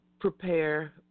prepare